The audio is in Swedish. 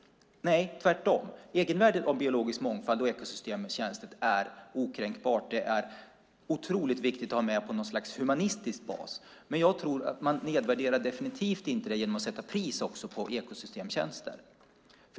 Nej, tvärtom, egenvärdet av biologisk mångfald och ekosystemstjänster är okränkbart, och det är viktigt att ha med på något slags humanistisk bas. Jag tror att man definitivt inte nedvärderar det genom att sätta pris på ekosystemstjänster.